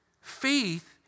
Faith